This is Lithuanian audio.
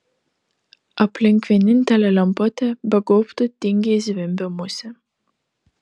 aplink vienintelę lemputę be gaubto tingiai zvimbė musė